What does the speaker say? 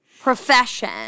profession